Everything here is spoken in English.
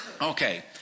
Okay